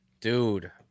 Dude